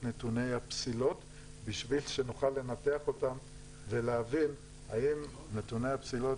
נתוני הפסילות כדי שנוכל לנתח אותם ולהבין האם נתוני הפסילות